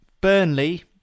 Burnley